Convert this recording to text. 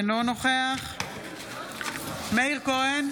אינו נוכח מאיר כהן,